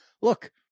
look